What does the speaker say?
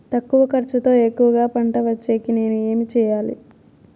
తక్కువ ఖర్చుతో ఎక్కువగా పంట వచ్చేకి నేను ఏమి చేయాలి?